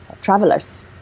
travelers